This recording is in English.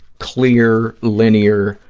clear, linear,